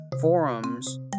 forums